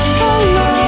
hello